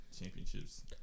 championships